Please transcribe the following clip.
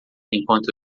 enquanto